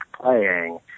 playing